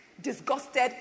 disgusted